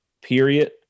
period